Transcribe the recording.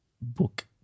book